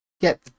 Get